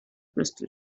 crystal